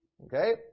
Okay